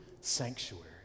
sanctuary